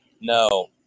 no